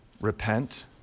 Repent